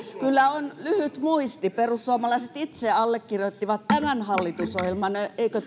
kyllä on lyhyt muisti perussuomalaiset itse allekirjoittivat sen hallitusohjelman eikö